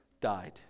died